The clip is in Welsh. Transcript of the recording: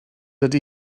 ydy